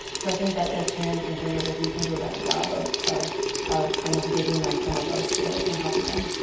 so i think that as parents and caregivers we can do a better job of of kind of giving them some of those tools and helping them.